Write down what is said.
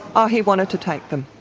oh, he wanted to take them,